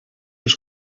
els